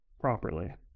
properly